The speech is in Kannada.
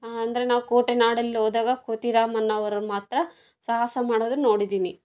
ಅಂದರೆ ನಾವು ಕೋಟೆನಾಡಲ್ಲಿ ಹೋದಾಗ ಕೋತಿರಾಮನ್ನ ಅವ್ರನ್ನು ಮಾತ್ರ ಸಾಹಸ ಮಾಡೋದನ್ನು ನೋಡಿದ್ದೀನಿ